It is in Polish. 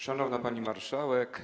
Szanowna Pani Marszałek!